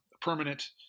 permanent